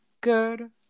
good